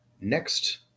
next